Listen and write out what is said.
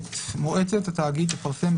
(ח) מועצת התאגיד תפרסם,